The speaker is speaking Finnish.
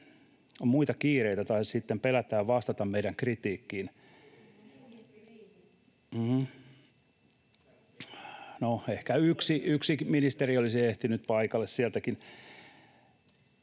on muita kiireitä, tai sitten pelätään vastata meidän kritiikkiin. [Vasemmalta: Bujettiriihi!] — No, ehkä yksi ministeri olisi ehtinyt paikalle sieltäkin.